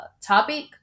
topic